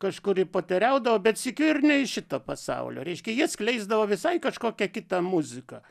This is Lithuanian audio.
kažkur ir poteriaudavo bet sykiu ir ne išito pasaulio reiškia ji atskleisdavo visai kažkokią kitą muziką